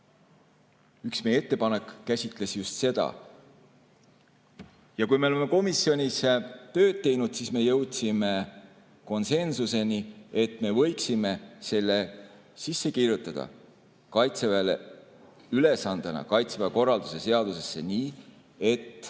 üks meie ettepanek käsitles just seda. Kui me olime komisjonis tööd teinud, siis me jõudsime konsensuseni, et me võiksime selle sisse kirjutada ülesandena Kaitseväe korralduse seadusesse nii, et